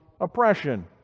oppression